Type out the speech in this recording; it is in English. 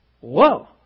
Whoa